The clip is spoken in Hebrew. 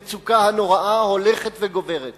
המצוקה הנוראה הולכת וגוברת.